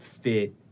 fit